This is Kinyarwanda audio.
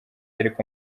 ariko